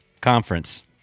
conference